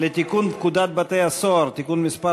לתיקון פקודת בתי-הסוהר (מס'